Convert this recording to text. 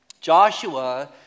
Joshua